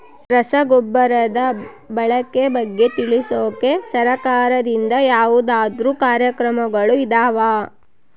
ರಸಗೊಬ್ಬರದ ಬಳಕೆ ಬಗ್ಗೆ ತಿಳಿಸೊಕೆ ಸರಕಾರದಿಂದ ಯಾವದಾದ್ರು ಕಾರ್ಯಕ್ರಮಗಳು ಇದಾವ?